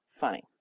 funny